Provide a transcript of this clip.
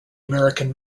american